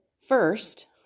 first